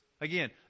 Again